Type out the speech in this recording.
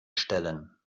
stellen